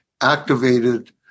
activated